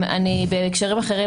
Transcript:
בהקשרים אחרים,